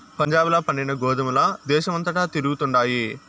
పంజాబ్ ల పండిన గోధుమల దేశమంతటా తిరుగుతండాయి